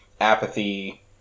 apathy